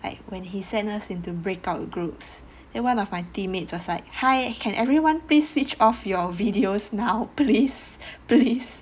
like when he sent us into breakout groups then one of my teammates is like hi can everyone please switch off your videos now please please